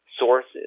sources